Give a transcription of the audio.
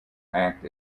act